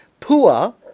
Pua